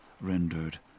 rendered